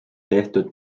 tehtud